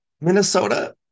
Minnesota